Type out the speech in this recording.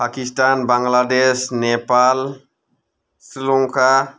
Pakistan Bangladesh Nepal Sri Lanka